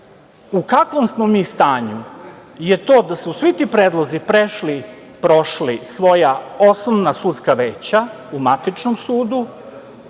u kakvom smo mi stanju je to da su svi ti predlozi prošli svoja osnovna sudska veća u matičnom sudu,